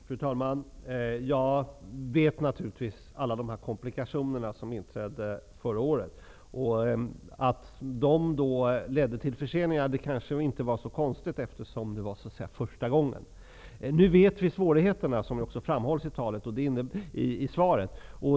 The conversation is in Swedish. Fru talman! Jag känner naturligtvis till alla komplikationer som inträdde förra året. Att de då ledde till förseningar kanske inte var så konstigt, eftersom det så att säga var första gången. Nu känner vi till svårigheterna, vilket framhålls i svaret.